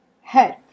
help